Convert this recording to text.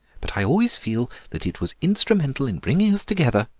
but i always feel that it was instrumental in bringing us together.